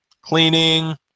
Cleaning